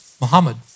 Muhammad